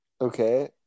okay